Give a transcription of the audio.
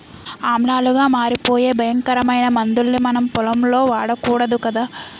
ఆమ్లాలుగా మారిపోయే భయంకరమైన మందుల్ని మనం పొలంలో వాడకూడదు కదా